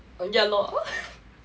yeah lor